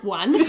one